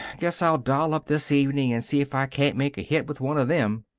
guess i'll doll up this evening and see if i can't make a hit with one of them.